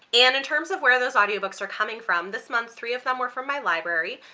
and in terms of where those audio books are coming from, this month three of them were from my library,